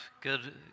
good